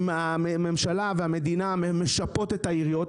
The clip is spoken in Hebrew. אם הממשלה והמדינה משפות את העיריות,